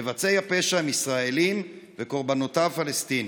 מבצעי הפשע הם ישראלים וקורבנותיו פלסטינים.